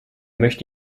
möchte